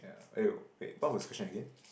ya eh wait what was question again